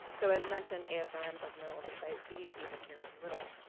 so as mentioned asrm has no oversight, cdc has very little.